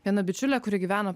viena bičiulė kuri gyveno